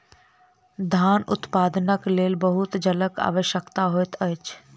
धान उत्पादनक लेल बहुत जलक आवश्यकता होइत अछि